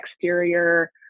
exterior